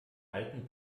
alten